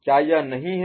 क्या यह नहीं है